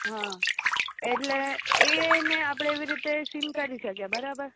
હા એટલે એને આપણે એવો સીન કરી શકીએ બરાબર